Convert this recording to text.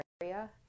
area